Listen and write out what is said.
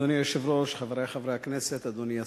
אדוני היושב-ראש, חברי חברי הכנסת, אדוני השר,